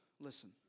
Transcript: listen